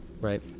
Right